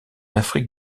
afrique